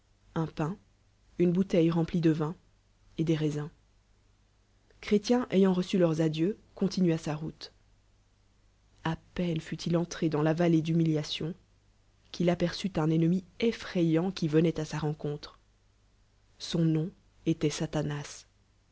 un p in une bouteille remplie de vin et des raisins cbrétien ayant reçu leurs adieux continua sa route peine fut ijentré dans la vallée d'hnmiliatiou qu'il aperçut un enaemi effrayant qui cooït à sa rencontre son nom était satanas